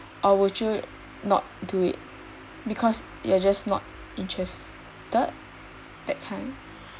or would you not do it because you are just not interested that kind